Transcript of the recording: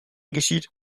geschieht